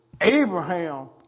Abraham